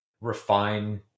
refine